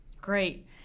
Great